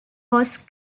was